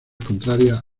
contrarias